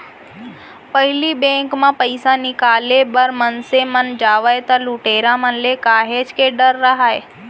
पहिली बेंक म पइसा निकाले बर मनसे मन जावय त लुटेरा मन ले काहेच के डर राहय